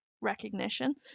recognition